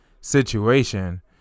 situation